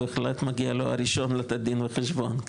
בהחלט מגיע לו הראשון לתת דין וחשבון.